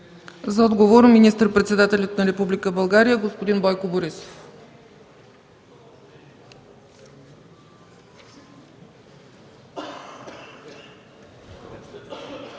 За отговор – министър-председателят на Република България господин Бойко Борисов.